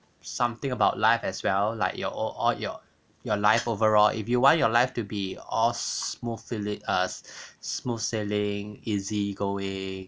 something about life as well like your or all your life overall if you want your life to be all smooth filling uh smooth sailing easy going